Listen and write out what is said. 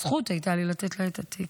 זכות הייתה לי לתת לה את התיק.